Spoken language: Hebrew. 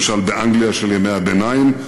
למשל באנגליה של ימי הביניים,